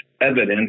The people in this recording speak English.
evidence